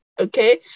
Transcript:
Okay